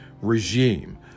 regime